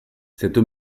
cette